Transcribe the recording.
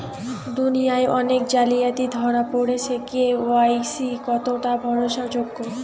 দুনিয়ায় অনেক জালিয়াতি ধরা পরেছে কে.ওয়াই.সি কতোটা ভরসা যোগ্য?